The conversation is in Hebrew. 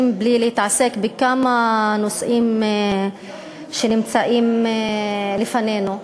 בלי לעסוק בכמה נושאים שנמצאים לפנינו.